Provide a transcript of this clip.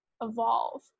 evolve